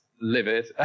livid